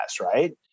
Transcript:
Right